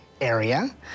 Area